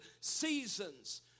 seasons